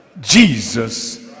Jesus